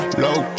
low